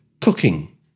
cooking